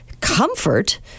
comfort